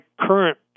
current